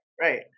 Right